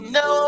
no